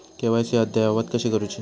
KYC अद्ययावत कशी करुची?